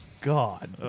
god